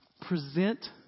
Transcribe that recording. Present